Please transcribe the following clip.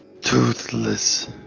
Toothless